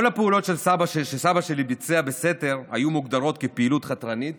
כל הפעולות שסבא שלי ביצע בסתר היו מוגדרות כפעילות חתרנית